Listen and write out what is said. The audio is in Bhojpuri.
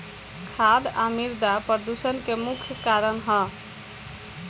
खाद आ मिरदा प्रदूषण के मुख्य कारण ह